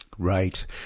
Right